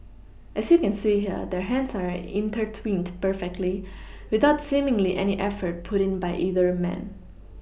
as you can see here their hands are intertwined perfectly without seemingly any effort put in by either man